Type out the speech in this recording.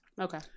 Okay